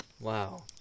Wow